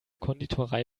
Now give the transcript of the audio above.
konditorei